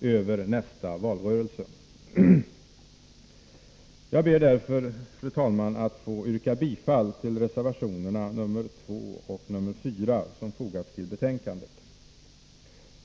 över nästa valrörelse. Jag ber därför, fru talman, att få yrka bifall till reservationerna nr 2 och 4 till finansutskottets betänkande.